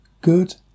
good